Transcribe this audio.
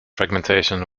fragmentation